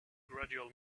gradual